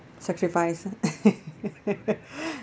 sacrifice ah